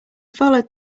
followed